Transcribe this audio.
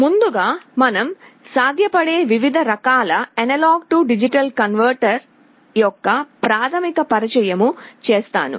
ముందుగా మనం సాధ్యపడే వివిధ రకాల A D కన్వెర్టర్ యొక్క ప్రాధమిక పరిచయము చేస్తాను